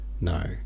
No